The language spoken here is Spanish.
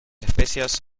especias